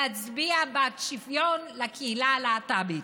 להצביע בעד שוויון לקהילה הלהט"בית.